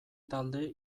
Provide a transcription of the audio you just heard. talde